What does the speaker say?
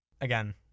Again